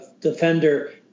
defender